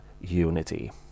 unity